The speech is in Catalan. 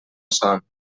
son